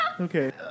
okay